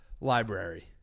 Library